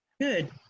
Good